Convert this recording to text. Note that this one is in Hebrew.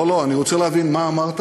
לא, לא, אני רוצה להבין מה אמרת.